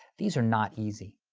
these are not easy.